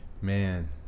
Man